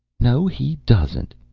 no, he doesn't.